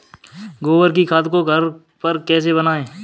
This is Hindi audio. गोबर की खाद को घर पर कैसे बनाएँ?